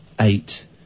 eight